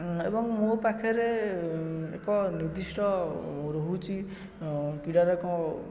ଏବଂ ମୋ ପାଖରେ ଏକ ନିର୍ଦ୍ଦିଷ୍ଟ ରହୁଛି କିଡ଼ା ରକ